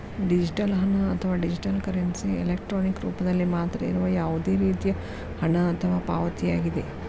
digital ಹಣ, ಅಥವಾ digital currency, electronic ರೂಪದಲ್ಲಿ ಮಾತ್ರ ಇರುವ ಯಾವುದೇ ರೇತಿಯ ಹಣ ಅಥವಾ ಪಾವತಿಯಾಗಿದೆ